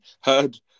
heard